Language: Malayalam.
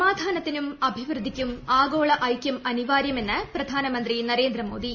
സമാധാനത്തിനും അഭിവൃദ്ധിക്കും ആഗോള ഐകൃം അനിവാരൃമെന്ന് പ്രധാനമന്ത്രി നരേന്ദ്ര മോദി